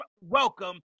welcome